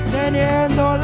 teniendo